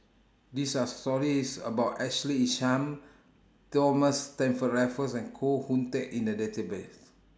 This Are stories about Ashley Isham Thomas Stamford Raffles and Koh Hoon Teck in The Database